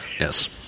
Yes